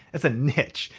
it's a niche.